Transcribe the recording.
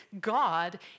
God